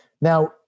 Now